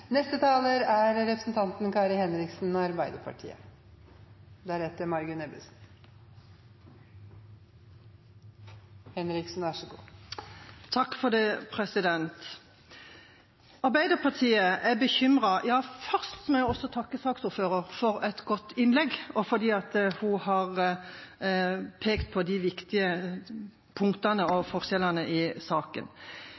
Arbeiderpartiet er bekymret… Ja, først må jeg også takke saksordføreren for et godt innlegg og for at hun har pekt på viktige punkter og